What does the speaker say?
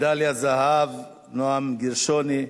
מדליית זהב, נועם גרשוני,